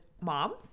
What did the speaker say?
moms